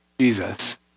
Jesus